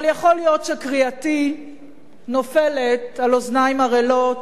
אבל יכול להיות שקריאתי נופלת על אוזניים ערלות,